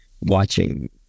watching